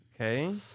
Okay